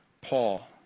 Paul